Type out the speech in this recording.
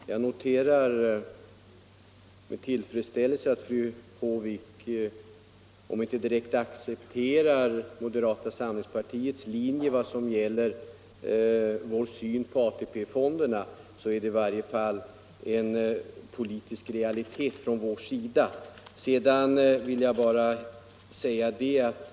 Herr talman! Jag noterar med tillfredsställelse att även om fru Håvik inte direkt accepterar moderata samlingspartiets linje i fråga om vår syn på AP-fonderna, så är det i varje fall en politisk realitet från vår sida.